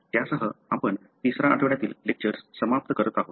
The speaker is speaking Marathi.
त्यासह आपण तिसरा आठवड्यतील लेक्चर्स समाप्त करत आहोत